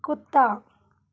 कुत्ता